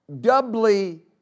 doubly